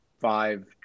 five